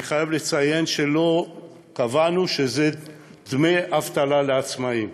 אני חייב לציין שלא קבענו שזה דמי אבטלה לעצמאים.